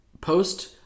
post